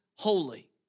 Holy